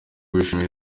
bishimira